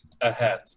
ahead